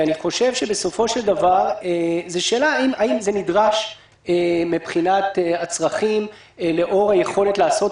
בסופו של דבר השאלה היא אם זה נדרש מבחינת הצרכים לאור היכולת לעשות